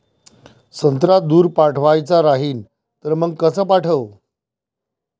संत्रा दूर पाठवायचा राहिन तर मंग कस पाठवू?